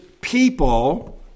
people